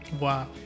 Wow